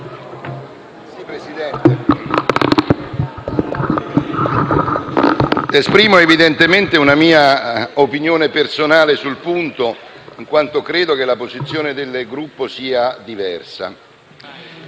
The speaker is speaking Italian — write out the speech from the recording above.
Presidente, esprimo una mia opinione personale sul punto, in quanto credo che la posizione del Gruppo sia diversa.